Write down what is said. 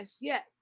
yes